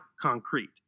concrete